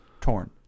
Torn